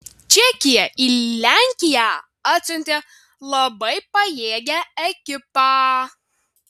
čekija į lenkiją atsiuntė labai pajėgią ekipą